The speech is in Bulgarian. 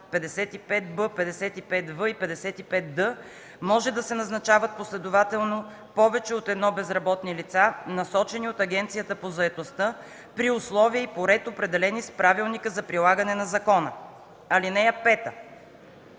55б, 55в и 55д може да се назначават последователно повече от едно безработни лица, насочени от Агенцията по заетостта при условия и по ред, определени с правилника за прилагане на закона. (5)